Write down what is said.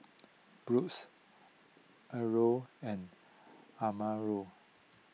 Broos Arnold and Amarion